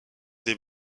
des